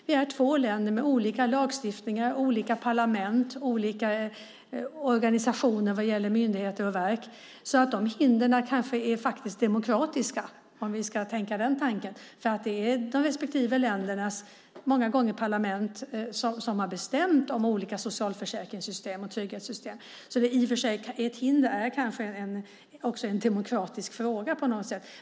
Vi är två länder med olika lagstiftningar, olika parlament och olika organisation vad gäller myndigheter och verk, så hindren kanske är demokratiska, om vi ska tänka den tanken, för det är många gånger de respektive ländernas parlament som har beslutat om olika socialförsäkringssystem och trygghetssystem. Ett hinder kan alltså också vara en demokratisk fråga på något sätt.